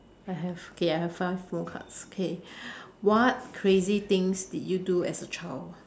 I have okay I have five more cards okay what crazy things did you do as a child